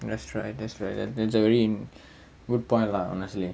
that's right that's right that's a very good point lah honestly